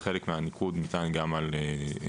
וחלק מהניקוד ניתן גם לילדים.